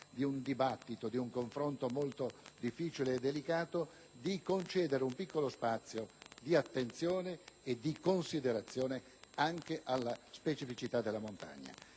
di un dibattito e di un confronto molto difficile e delicato, di concedere un piccolo spazio di attenzione e considerazione anche alla specificità della montagna.